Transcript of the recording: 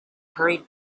hurried